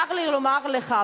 צר לי לומר לך,